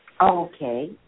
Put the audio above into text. Okay